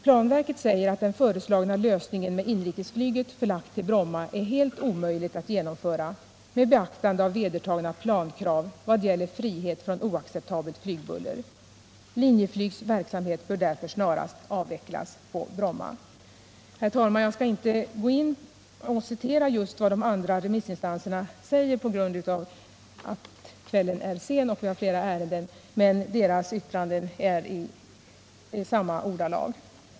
Planverket säger att den föreslagna lösningen med inrikesflyget förlagt till Bromma är helt omöjlig att genomföra med beaktande av vedertagna plankrav vad det gäller frihet från oacceptabelt flygbuller. Man säger att Linjeflygs verksamhet på Bromma därför snarast bör avvecklas. Herr talman! Eftersom kvällen är sen och vi har fler ärenden att behandla, skall jag inte citera vad de andra remissinstanserna säger. Men deras yttranden går i samma riktning.